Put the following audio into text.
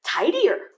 tidier